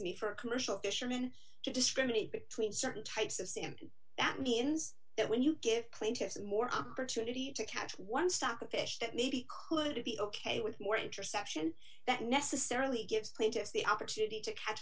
me for commercial fisherman to discriminate between certain types of sand that means that when you give plaintiffs and more opportunity to catch one sack of fish that maybe could it be ok with more interception that necessarily gives plaintiffs the opportunity to catch